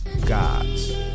gods